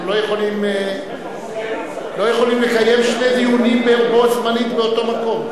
אנחנו לא יכולים לקיים שני דיונים בו זמנית באותו מקום.